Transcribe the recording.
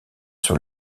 sur